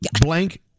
Blank